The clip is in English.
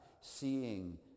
seeing